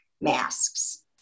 masks